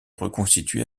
reconstitué